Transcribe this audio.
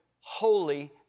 holy